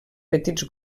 petits